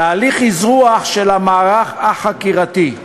תהליך אזרוח של המערך החקירתי,